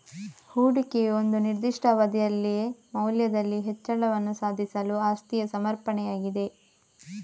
ಹೂಡಿಕೆಯು ಒಂದು ನಿರ್ದಿಷ್ಟ ಅವಧಿಯಲ್ಲಿ ಮೌಲ್ಯದಲ್ಲಿ ಹೆಚ್ಚಳವನ್ನು ಸಾಧಿಸಲು ಆಸ್ತಿಯ ಸಮರ್ಪಣೆಯಾಗಿದೆ